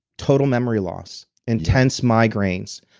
total memory loss. intense migraines.